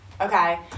Okay